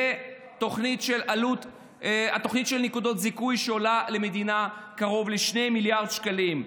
תוכנית נקודות הזיכוי עולה למדינה קרוב ל-2 מיליארד שקלים.